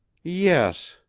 yes.